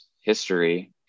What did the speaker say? history